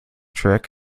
trick